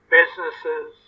businesses